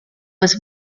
was